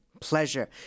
pleasure